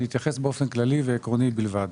אני אתייחס באופן כללי ועקרוני בלבד.